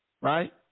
right